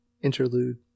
Interlude